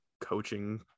coaching